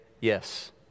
yes